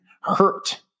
hurt